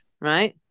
right